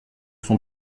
son